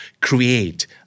create